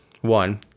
one